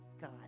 God